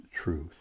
truth